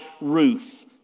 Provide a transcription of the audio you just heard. Ruth